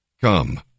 Come